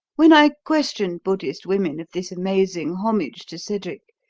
when i questioned buddhist women of this amazing homage to cedric,